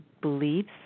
beliefs